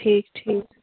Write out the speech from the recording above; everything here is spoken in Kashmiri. ٹھیٖک ٹھیٖک